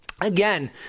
again